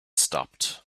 stopped